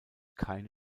keine